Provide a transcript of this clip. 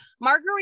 Marguerite